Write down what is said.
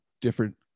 different